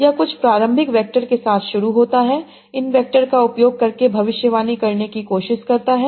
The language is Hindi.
यह कुछ प्रारंभिक वैक्टर के साथ शुरू होता है उन वैक्टर का उपयोग करके भविष्यवाणी करने की कोशिश करता है